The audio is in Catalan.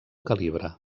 calibre